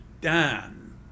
Dan